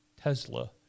Tesla